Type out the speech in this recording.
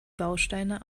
bausteine